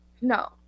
No